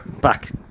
back